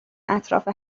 اطراف